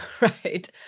Right